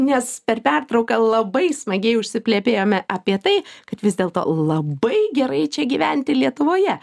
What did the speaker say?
nes per pertrauką labai smagiai užsiplepėjome apie tai kad vis dėlto labai gerai čia gyventi lietuvoje